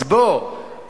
אז בוא,